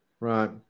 Right